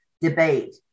debate